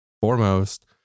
foremost